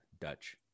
Dutch